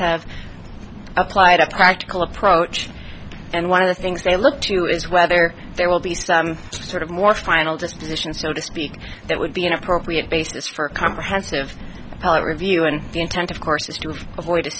have applied a practical approach and one of the things they look to is whether there will be some sort of more final disposition so to speak that would be an appropriate basis for a comprehensive review and the intent of course is to avoid